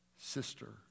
sister